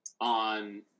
On